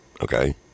okay